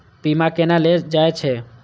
बीमा केना ले जाए छे?